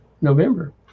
november